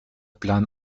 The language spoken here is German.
plan